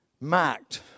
marked